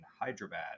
Hyderabad